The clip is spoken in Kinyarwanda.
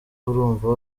urumva